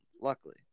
luckily